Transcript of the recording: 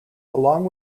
along